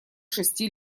шести